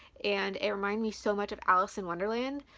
and it remind me so much of alice in wonderland,